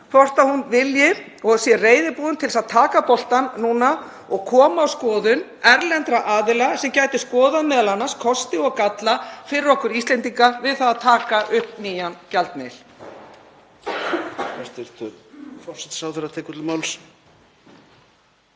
hvort hún vilji og sé reiðubúin til að taka boltann núna og koma á skoðun erlendra aðila sem gætu skoðað m.a. kosti og galla fyrir okkur Íslendinga við að taka upp nýjan gjaldmiðil.